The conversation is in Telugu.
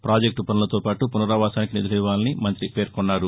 ప్రాజెక్టు పసులతో పాటు పునరావాసానికి నిధులు ఇవ్వాలని మంుతి పేర్కొన్నారు